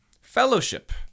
Fellowship